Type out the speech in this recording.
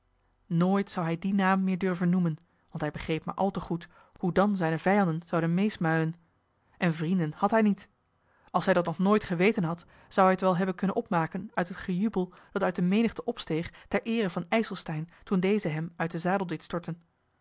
nooit zou hij dien naam meer durven noemen want hij begreep maar al te goed hoe dan zijne vijanden zouden meesmuilen en vrienden had hij niet als hij dat nog nooit geweten had zou hij het wel hebben kunnen opmaken uit het gejubel dat uit de menigte opsteeg ter eere van ijselstein toen deze hem uit den zadel deed storten